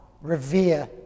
revere